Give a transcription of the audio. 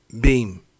beam